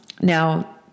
now